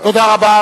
תודה רבה.